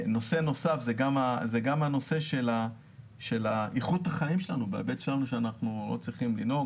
נושא נוסף זה גם איכות החיים בהיבט שאנחנו לא צריכים לנהוג,